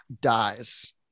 dies